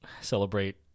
celebrate